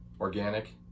organic